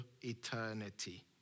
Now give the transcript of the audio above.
eternity